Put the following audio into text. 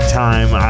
time